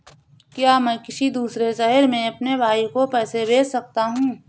क्या मैं किसी दूसरे शहर में अपने भाई को पैसे भेज सकता हूँ?